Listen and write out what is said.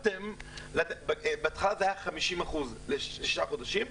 בהתחלה זה היה 50% לשישה חודשים,